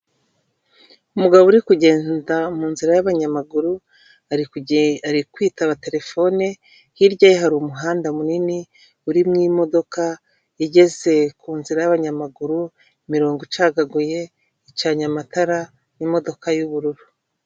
Umugabo uri kugenda mu nzira y'abanyamaguru ari kwitaba terefone, hirya ye hari umuhanda munini urimo imodoka igeze ku nzira y'abanyamaguru, imirongo icagaguye icanya amatara ni imodoka y'ubururu.